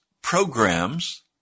programs